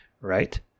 Right